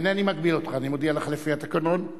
אינני מגביל אותך, לפי התקנון,